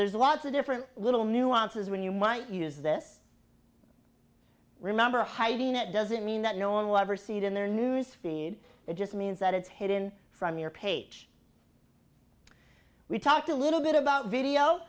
there's lots of different little nuances when you might use this remember hiding it doesn't mean that no one will ever see it in their news feed it just means that it's hidden from your page we talked a little bit about video